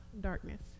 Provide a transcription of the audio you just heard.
darkness